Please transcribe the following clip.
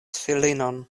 filinon